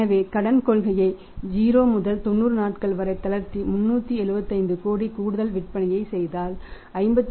எனவே கடன் கொள்கையை 0 முதல் 90 நாட்கள் வரை தளர்த்தி 375 கோடி கூடுதல் விற்பனையைச் செய்தால் 52